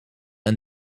een